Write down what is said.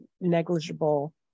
negligible